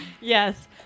Yes